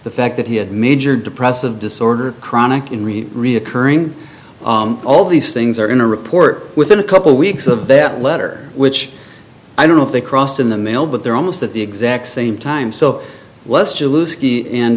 the fact that he had major depressive disorder chronic in real reoccurring all these things are in a report within a couple weeks of that letter which i don't know if they crossed in the mail but they're almost at the exact same time so